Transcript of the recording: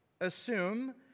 assume